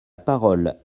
parole